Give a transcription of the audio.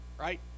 Right